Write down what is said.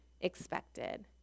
expected